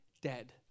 dead